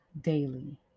daily